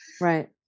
Right